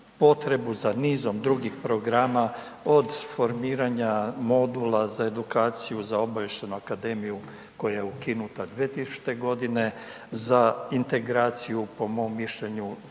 za nizom drugih programa, od formiranja modula za edukaciju za Obavještajnu akademiju koja je ukinuta 2000. g., za integraciju, po mom mišljenju